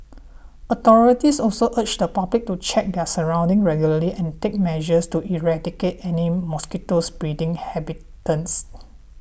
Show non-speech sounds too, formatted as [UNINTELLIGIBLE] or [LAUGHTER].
authorities also urge the public to check their surroundings regularly and take measures to eradicate any mosquito [UNINTELLIGIBLE] breeding habitats